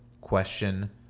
question